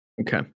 Okay